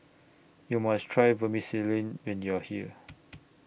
YOU must Try Vermicelli when YOU Are here